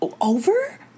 over